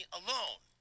alone